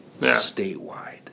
statewide